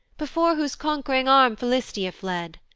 before whose conq'ring arm philistia fled.